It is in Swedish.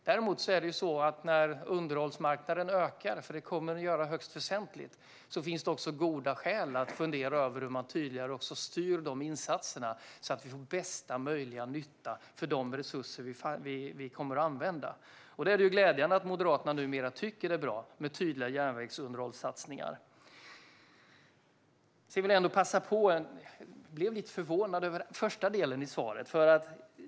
Däremot är det så att när underhållsmarknaden ökar, och det kommer den att göra högst väsentligt, finns det goda skäl att fundera över hur man tydligare styr insatserna så att vi får bästa möjliga nytta för de resurser vi kommer att använda. Det är glädjande att Moderaterna numera tycker att det är bra med tydliga järnvägsunderhållssatsningar. Jag blev lite förvånad över första delen i inlägget.